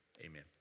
amen